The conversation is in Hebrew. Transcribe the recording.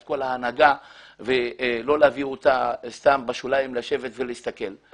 את כל ההנהגה ולא להביא אותה סתם בשוליים לשבת ולהסתכל?